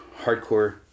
hardcore